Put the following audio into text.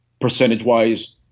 percentage-wise